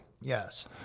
Yes